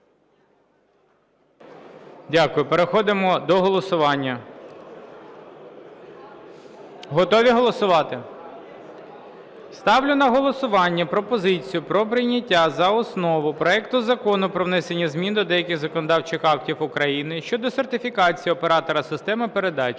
Дякую. Переходимо до голосування. Готові голосувати? Ставлю на голосування пропозицію про прийняття за основу проект Закону про внесення змін до деяких законодавчих актів України щодо сертифікації оператора системи передачі